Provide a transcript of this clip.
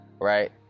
Right